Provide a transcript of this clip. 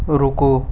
ਰੁਕੋ